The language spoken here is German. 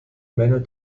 männer